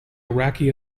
iraqi